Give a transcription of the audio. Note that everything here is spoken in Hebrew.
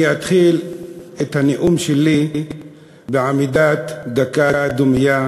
אני אתחיל את הנאום שלי בעמידת דקת דומייה,